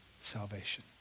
salvation